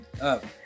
up